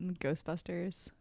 Ghostbusters